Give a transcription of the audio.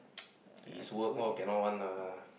his work all cannot one lah